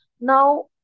Now